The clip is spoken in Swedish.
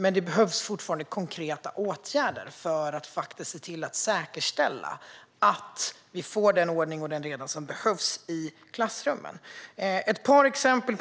Men det behövs fortfarande konkreta åtgärder för att säkerställa att vi får den ordning och reda som behövs i klassrummen. Jag ska ge ett par exempel.